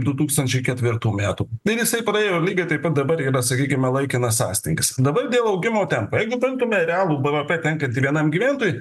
du tūkstančiai ketvirtų metų ir jisai praėjo lygiai taip pat dabar yra sakykime laikinas sąstingis dabar dėl augimo tempo tai gi paimkime realų bvp tenkantį vienam gyventojui